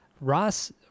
Ross